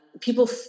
people